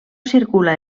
circula